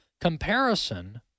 comparison